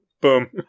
boom